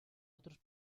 otros